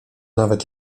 nawet